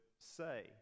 say